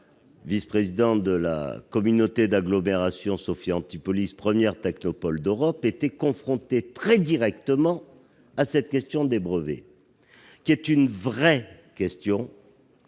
vice-président de la communauté d'agglomération Sophia Antipolis, premier technopôle d'Europe -et avons été très directement confrontés à cette question des brevets, qui est une vraie question